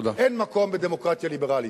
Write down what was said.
אין להם מקום בדמוקרטיה ליברלית.